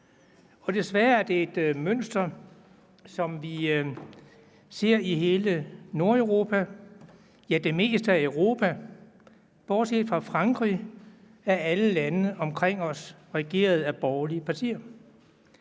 Desværre er det et mønster, som vi ser i hele Nordeuropa, ja, i det meste af Europa: Bortset fra Frankrig er alle landene omkring os regeret af borgerlige partier.